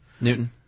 Newton